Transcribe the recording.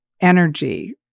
energy